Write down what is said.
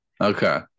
okay